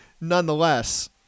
nonetheless